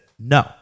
no